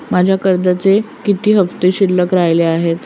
माझ्या कर्जाचे किती हफ्ते शिल्लक राहिले आहेत?